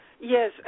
Yes